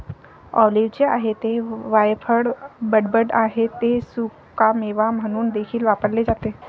ऑलिव्हचे आहे ते वायफळ बडबड आहे ते सुकामेवा म्हणून देखील वापरले जाते